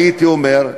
הייתי אומר,